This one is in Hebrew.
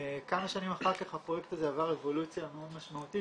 כמה שנים אחר כך הפרויקט עבר אבולוציה מאוד משמעותית